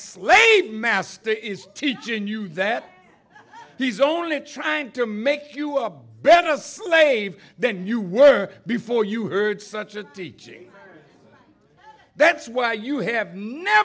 slave master is teaching you that he's only trying to make you a better slave then you were before you heard such a teaching that's why you have n